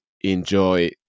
enjoy